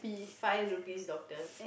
five rupees doctor